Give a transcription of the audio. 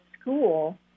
school